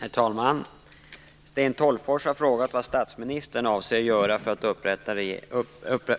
Herr talman! Sten Tolgfors har frågat vad statsministern avser göra för att